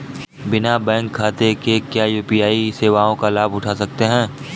बिना बैंक खाते के क्या यू.पी.आई सेवाओं का लाभ उठा सकते हैं?